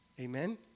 Amen